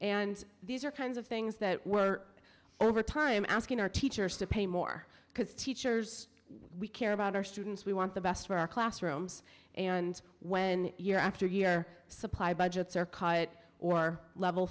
and these are kinds of things that we're over time asking our teachers to pay more because teachers we care about our students we want the best for our classrooms and when year after year supply budgets are cut or level